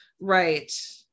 Right